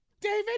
David